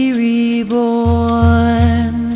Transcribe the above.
reborn